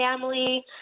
family